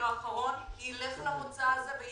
ילך למוצא הזה.